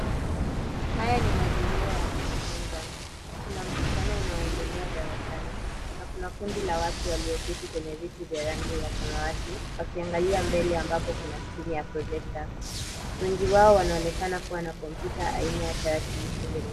Haya ni mazingira ya kujifunza. Kuna mkutano unaoendelea darasani, na kuna kundi la watu walioketi kwenye viti vya rangi ya samawati, wakiangalia mbele ambapo kuna skirini ya projector . Wengi wao wanaoekana kua na kompyuta aina ya tarakilishi mbele yao.